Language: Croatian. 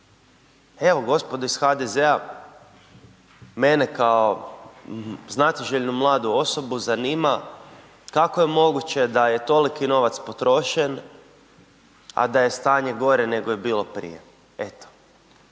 Evo gospodo iz HDZ-a, mene kao znatiželjnu mladu osobu zanima kako je moguće da je toliki novac potrošen, a da je stanje gore nego je bilo prije, eto.